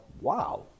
wow